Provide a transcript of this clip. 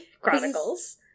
Chronicles